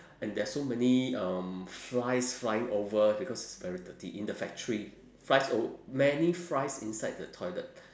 and there are so many um flies flying over because it's very dirty in the factory flies ov~ many flies inside the toilet